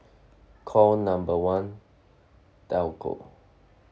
call number one telco